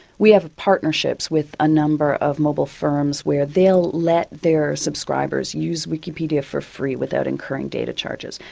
we have partnerships with a number of mobile firms where they'll let their subscribers use wikipedia for free without incurring data charges.